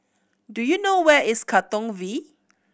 do you know where is Katong V